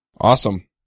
Awesome